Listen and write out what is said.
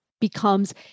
becomes